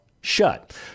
shut